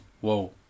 whoa